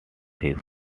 his